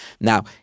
Now